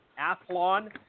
Athlon